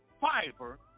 fiber